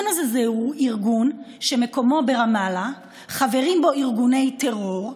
זהו ארגון שמקומו ברמאללה וחברים בו ארגוני טרור,